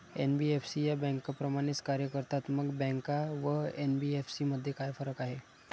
NBFC या बँकांप्रमाणेच कार्य करतात, मग बँका व एन.बी.एफ.सी मध्ये काय फरक आहे?